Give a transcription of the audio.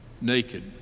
naked